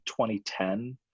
2010